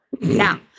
Now